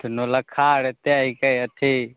तऽ नओलखा आर एते ई छै अथि